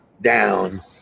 down